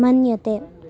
मन्यते